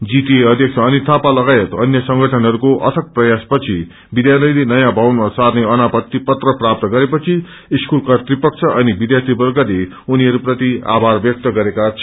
GTA अध्यक्ष अनित थापा लगायत अन्य संगठनहरूको अथक प्रयासपछि विध्यालयले नयाँ भवनमा सार्ने अनात्तति पत्र प्राप्त गरे पछि स्कूल कृतपक्षले अनि विध्यार्थीवर्गले उनीहरू प्रति आभार व्यक्त गरेका छन्